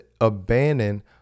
abandon